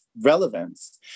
relevance